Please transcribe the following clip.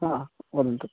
हा वदन्तु